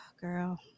Girl